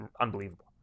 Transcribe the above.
unbelievable